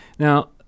Now